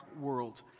world